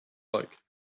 like